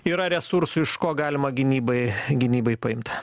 yra resursų iš ko galima gynybai gynybai paimt